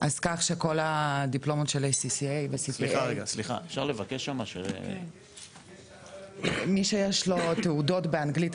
אז כל הדיפלומות של .A.C.C.A ו- C.C.A. אנשים בעלי תעודות באנגלית,